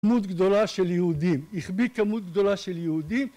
כמות גדולה של יהודים, החביא כמות גדולה של יהודים